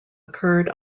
occurred